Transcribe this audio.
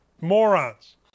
Morons